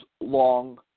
long